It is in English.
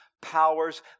powers